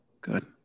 Good